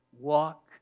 Walk